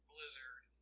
Blizzard